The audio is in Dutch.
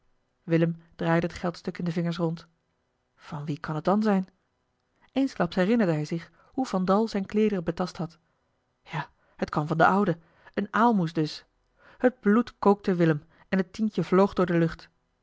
willem draaide het geldstuk in de vingers rond van wie kan het dan zijn eensklaps herinnerde hij zich hoe van dal zijne kleederen betast had ja het kwam van den oude een aalmoes dus het bloed kookte willem en het tientje vloog door de lucht